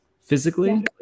physically